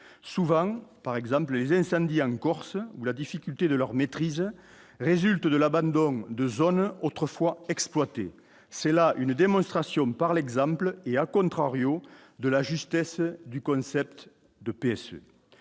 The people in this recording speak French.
souvent par exemple les incendies en Corse où la difficulté de leur maîtrise résulte de l'abandon de zones autrefois exploitée, c'est là une démonstration par l'exemple et a contrario de la justesse du concept d'EPS